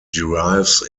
derives